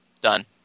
Done